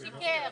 מי שיקר?